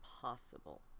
possible